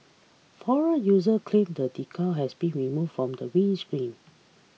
forum users claimed the decal has been removed from the windscreen